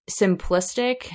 simplistic